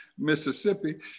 Mississippi